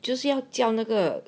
就是要叫那个